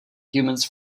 humans